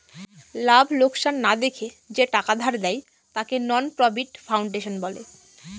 লাভ লোকসান না দেখে যে টাকা ধার দেয়, তাকে নন প্রফিট ফাউন্ডেশন বলে